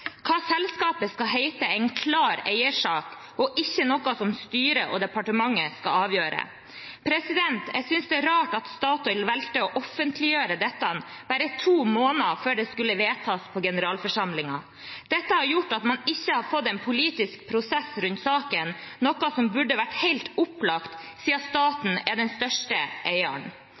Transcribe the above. Hva selskapet skal hete er en klar eiersak og ikke noe som styret og departementet skal avgjøre. Jeg synes det er rart at Statoil valgte å offentliggjøre dette bare to måneder før det skal vedtas på generalforsamlingen. Dette har gjort at man ikke har fått en politisk prosess rundt saken, noe som burde vært helt opplagt siden staten er den største eieren.